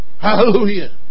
Hallelujah